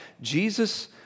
Jesus